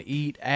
eat